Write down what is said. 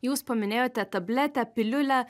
jūs paminėjote tabletę piliulę